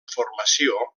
formació